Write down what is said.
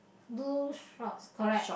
blue shorts correct